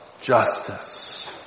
justice